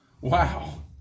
Wow